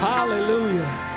Hallelujah